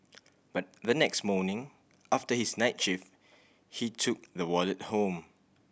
but the next morning after his night shift he took the wallet home